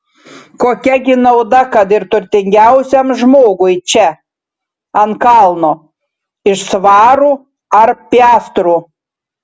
kokia gi nauda kad ir turtingiausiam žmogui čia ant kalno iš svarų ar piastrų